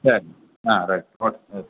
சரி right okay okay